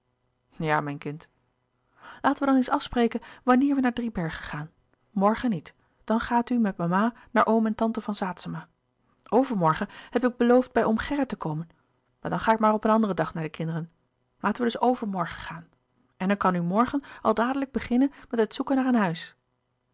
ja mijn kind laten we dan eens afspreken wanneer we naar driebergen gaan morgen niet dan gaat u met mama naar oom en tante van saetzema overmorgen heb ik beloofd bij oom gerrit te komen maar dan ga ik maar op een anderen dag naar de kinderen laten we dus overmorgen gaan en dan kan u morgen al dadelijk beginnen met het zoeken naar een huis